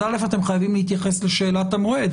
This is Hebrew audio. אז א', אתם חייבים להתייחס לשאלת המועד.